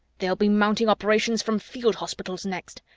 they'll be mounting operations from field hospitals next.